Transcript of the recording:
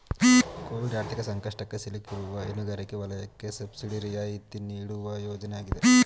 Covid ಆರ್ಥಿಕ ಸಂಕಷ್ಟಕ್ಕೆ ಸಿಲುಕಿರುವ ಹೈನುಗಾರಿಕೆ ವಲಯಕ್ಕೆ ಸಬ್ಸಿಡಿ ರಿಯಾಯಿತಿ ನೀಡುವ ಯೋಜನೆ ಆಗಿದೆ